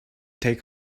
take